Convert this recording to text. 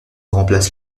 remplace